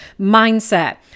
mindset